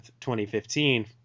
2015